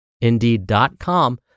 Indeed.com